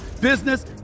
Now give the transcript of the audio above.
business